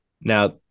now